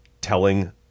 telling